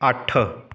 ਅੱਠ